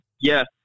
yes